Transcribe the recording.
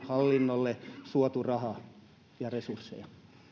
hallinnolle suotu rahaa ja resursseja